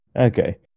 Okay